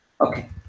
Okay